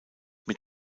mit